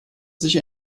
sich